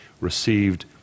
received